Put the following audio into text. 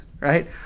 right